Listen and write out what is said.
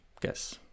guess